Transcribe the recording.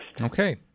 Okay